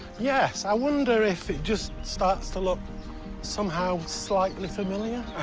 yes, i wonder if it just starts to look somehow slightly familiar.